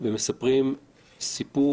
יש את הלחץ הקבוע שמשנה כאן דברים.